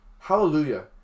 Hallelujah